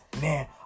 man